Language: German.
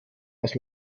aus